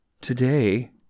Today